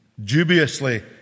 dubiously